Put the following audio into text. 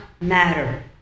matter